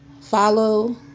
follow